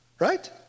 right